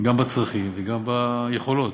גם בצרכים וגם ביכולת.